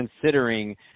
considering